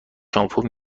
شامپو